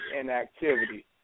inactivity